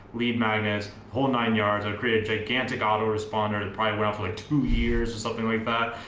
lead magnets whole nine yards i created gigantic autoresponder and probably well for like two years or something like that,